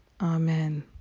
Amen